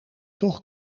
toch